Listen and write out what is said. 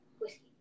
Whiskey